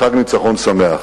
חג ניצחון שמח.